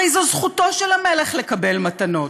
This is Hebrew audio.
הרי זו זכותו של המלך לקבל מתנות,